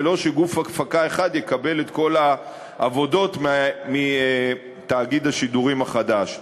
ולא שגוף הפקה אחד יקבל את כל העבודות מתאגיד השידורים החדש.